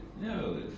No